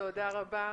תודה רבה.